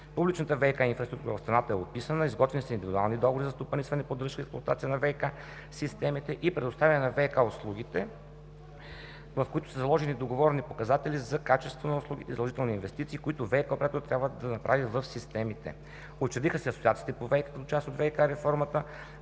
Публичната ВиК инфраструктура в страната е описана, изготвени са индивидуални договори за стопанисване, поддръжка и експлоатация на ВиК системите и предоставяне на ВиК услугите, в които са заложени договорени показатели за качество на услугите и задължителни инвестиции, които ВиК операторът трябва да направи в системите. Учредиха се асоциации по част от ВиК реформата,